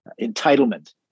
entitlement